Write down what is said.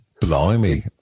Blimey